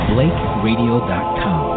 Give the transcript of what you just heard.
BlakeRadio.com